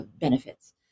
benefits